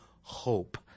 hope